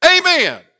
Amen